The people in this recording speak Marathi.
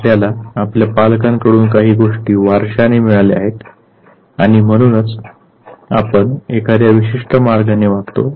आपल्याला आपल्या पालकांकडून काही गोष्टी वारशाने मिळाल्या आहेत आणि म्हणूनच आपण एखाद्या विशिष्ट मार्गाने वागतो का